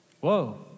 Whoa